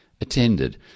attended